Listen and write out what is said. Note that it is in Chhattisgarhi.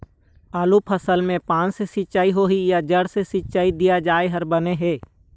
आलू फसल मे पान से सिचाई होही या जड़ से सिचाई दिया जाय हर बने हे?